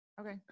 Okay